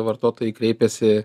vartotojai kreipiasi